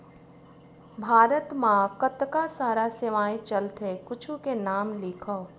भारत मा कतका सारा सेवाएं चलथे कुछु के नाम लिखव?